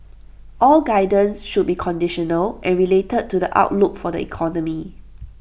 all guidance should be conditional and related to the outlook for the economy